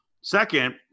Second